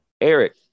Eric